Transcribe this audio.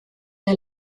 der